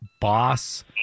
boss